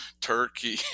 turkey